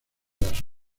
las